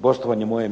Gostovanje moje